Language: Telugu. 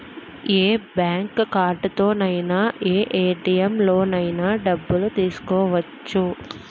ఏ బ్యాంక్ కార్డుతోనైన ఏ ఏ.టి.ఎం లోనైన డబ్బులు తీసుకోవచ్చు